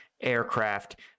aircraft